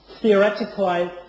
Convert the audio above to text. theoretically